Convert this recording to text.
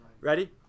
Ready